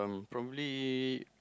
probably